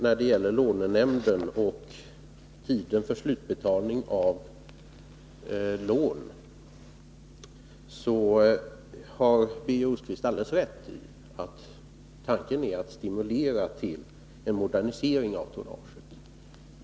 När det gäller lånenämnden och tiden för slutbetalning av lån har Birger Rosqvist alldeles rätt i att tanken är att stimulera till modernisering av tonnaget.